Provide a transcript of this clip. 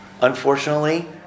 Unfortunately